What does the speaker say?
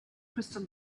crystal